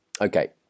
okay